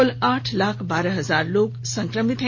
कल आठ लाख बारह हजार लोग संक्रमित हैं